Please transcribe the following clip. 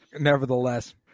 nevertheless